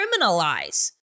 criminalize